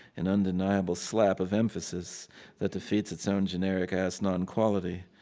an undeniable slap of emphasis that defeats its own generic-ass non-quality.